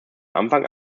anfang